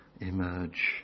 emerge